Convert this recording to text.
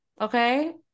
okay